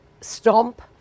Stomp